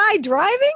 driving